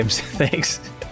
Thanks